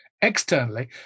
externally